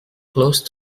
close